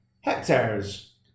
Hectares